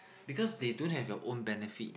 because they don't have your own benefit